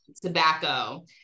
tobacco